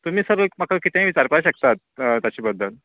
तुमी सर एक म्हाका कितेंय विचारपा शकतात ताच्या बदद्ल